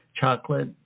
chocolate